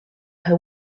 her